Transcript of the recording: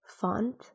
font